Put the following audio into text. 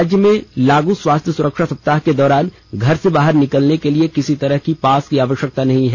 राज्य में लागू स्वास्थ्य सुरक्षा सप्ताह के दौरान घर से बाहर निकलने के लिए किसी तरह का पास नहीं बनेगा